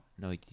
No